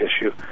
issue